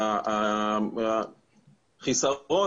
החיסרון,